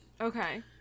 okay